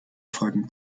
folgen